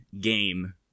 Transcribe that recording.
game